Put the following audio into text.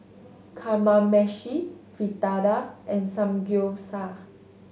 Kamameshi Fritada and Samgyeopsal